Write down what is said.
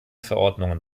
verordnungen